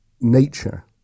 nature